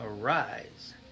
arise